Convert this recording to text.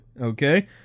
Okay